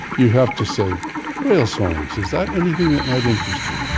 you have to say whale songs, is that anything that might interest you?